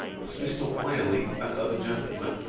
that mr. wyerley, and other gentlemen,